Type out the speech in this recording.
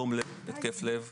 דום לב או התקף לב